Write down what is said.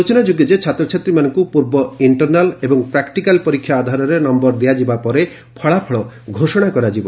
ସୂଚନାଯୋଗ୍ୟ ଯେ ଛାତ୍ରଛାତ୍ରୀମାନଙ୍କୁ ପୂର୍ବ ଇଣ୍ଟରନାଲ୍ ଏବଂ ପ୍ରାକ୍ଟିକାଲ ପରୀକ୍ଷା ଆଧାରରେ ନମ୍ଭର ଦିଆଯିବା ପରେ ଫଳାଫଳ ଘୋଷଣା କରାଯିବ